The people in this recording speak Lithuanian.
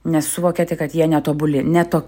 nes suvokėte kad jie netobuli ne tokie